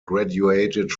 graduated